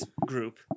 group